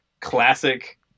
classic